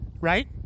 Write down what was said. right